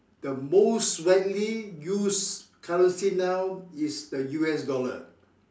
the most widely used currency now is the U_S dollar